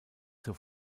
zur